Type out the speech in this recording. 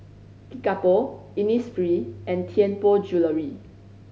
Kickapoo Innisfree and Tianpo Jewellery